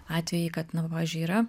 atvejį kad na pavyzdžiui yra